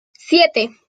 siete